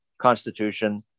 constitution